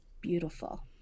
beautiful